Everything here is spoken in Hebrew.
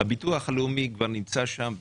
הביטוח הלאומי כבר נמצא שם.